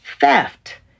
theft